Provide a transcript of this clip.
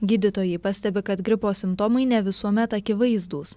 gydytojai pastebi kad gripo simptomai ne visuomet akivaizdūs